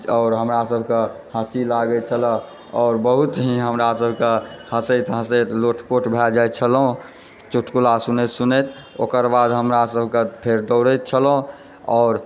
आओर हमरा सभके हँसी लागय छलऽ आओर बहुत ही हमरा सभकेँ हँसैत हँसैत लोटपोट भै जाइत छलहुँ चुटकुला सुनैत सुनैत ओकर बाद हमरा सभकेँ फेर दौड़यत छलहुँ आओर